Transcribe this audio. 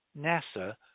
NASA